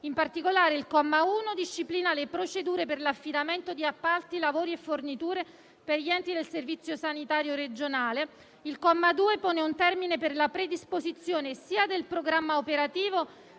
In particolare, il comma 1 disciplina le procedure per l'affidamento di appalti, lavori e forniture per gli enti del Servizio sanitario regionale; il comma 2 pone un termine per la predisposizione sia del programma operativo